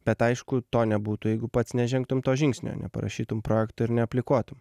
bet aišku to nebūtų jeigu pats nežengtum to žingsnio neparašytum projekto ir neaplikuotum